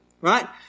right